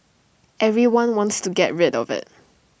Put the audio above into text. everyone wants to get rid of IT